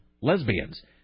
lesbians